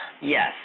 Yes